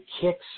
kicks